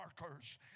markers